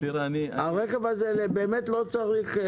אפשר שיהיה